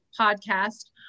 podcast